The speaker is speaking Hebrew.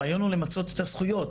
הרעיון הוא למצות את הזכויות,